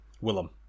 Willem